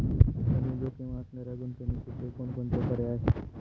कमी जोखीम असणाऱ्या गुंतवणुकीचे कोणकोणते पर्याय आहे?